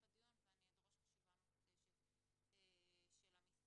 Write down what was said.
הדיון ואני אדרוש חשיבה מחודשת של המשרד.